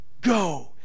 Go